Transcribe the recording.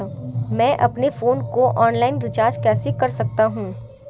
मैं अपने फोन को ऑनलाइन रीचार्ज कैसे कर सकता हूं?